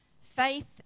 Faith